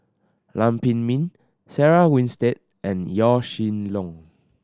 Lam Pin Min Sarah Winstedt and Yaw Shin Leong